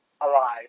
alive